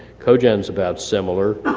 coal gen is about similar.